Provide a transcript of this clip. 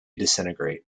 disintegrate